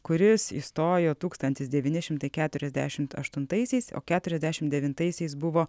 kuris įstojo tūkstantis devyni šimtai keturiasdešimt aštuntaisiais o keturiasdešimt devintaisiais buvo